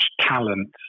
talent